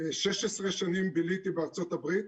16 שנים ביליתי בארצות הברית.